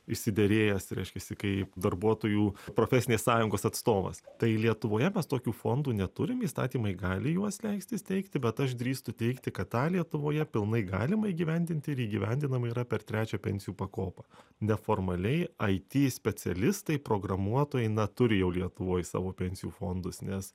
išsiderėjęs reiškiasi kaip darbuotojų profesinės sąjungos atstovas tai lietuvoje tokių fondų neturim įstatymai gali juos leisti steigti bet aš drįstu teigti kad tą lietuvoje pilnai galima įgyvendinti ir įgyvendinama yra per trečią pensijų pakopą neformaliai it specialistai programuotojai na turi jau lietuvoj savo pensijų fondus nes